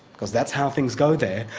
because that's how things go there,